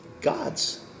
gods